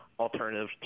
Alternative